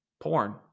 porn